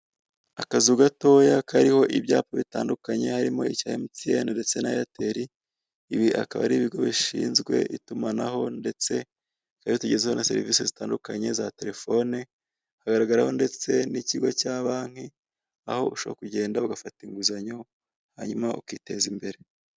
Akazu gatoya kariho ibyapa bitandukanye harimo icya MTN ndetse na Airtel ibi akaba ari ibigo bishinzwe itumanaho ndetse bikaba bitugezaho na serivisi zitandukanye za telefone hagaragaraho ndetse n'ikigo cya banki aho ushaka kugenda ugafata inguzanyo hanyuma ukiteza imbere .